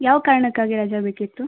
ಯಾವ ಕಾರಣಕ್ಕಾಗಿ ರಜಾ ಬೇಕಿತ್ತು